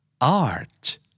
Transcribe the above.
Art